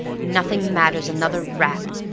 nothing matters another rap!